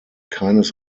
keines